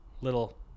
little